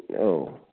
औ